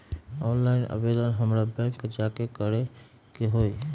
Online आवेदन हमरा bank जाके करे के होई?